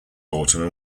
autumn